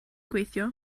gweithio